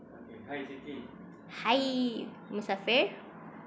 hi musafir